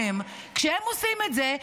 כשהם עושים את זה,